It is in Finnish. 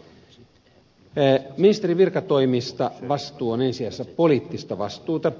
vastuu ministerin virkatoimista on ensi sijassa poliittista vastuuta